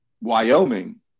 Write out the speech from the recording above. Wyoming